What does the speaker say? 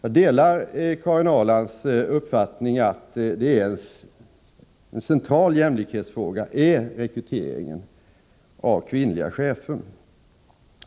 Jag delar Karin Ahrlands uppfattning att en central jämlikhetsfråga är rekryteringen av kvinnliga chefer,